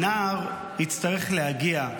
שנער יצטרך להגיע,